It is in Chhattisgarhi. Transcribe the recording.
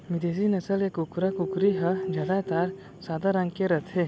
बिदेसी नसल के कुकरा, कुकरी ह जादातर सादा रंग के रथे